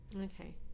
Okay